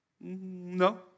No